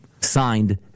Signed